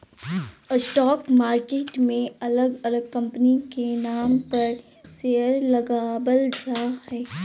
stock market मे अलग अलग कंपनी के नाम पर शेयर लगावल जा हय